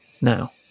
now